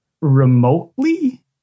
remotely